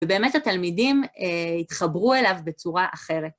ובאמת התלמידים התחברו אליו בצורה אחרת.